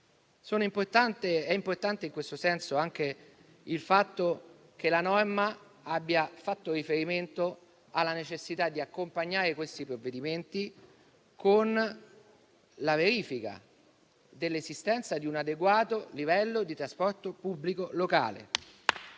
È importante in questo senso anche il fatto che la norma abbia fatto riferimento alla necessità di accompagnare questi provvedimenti con la verifica dell'esistenza di un adeguato livello di trasporto pubblico locale.